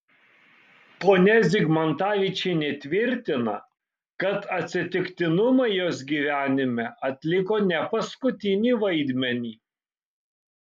ponia zigmantavičienė tvirtina kad atsitiktinumai jos gyvenime atliko ne paskutinį vaidmenį